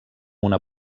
una